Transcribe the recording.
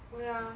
会 ah